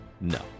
No